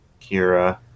Kira